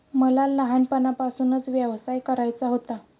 मला लहानपणापासूनच व्यवसाय करायचा होता